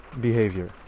behavior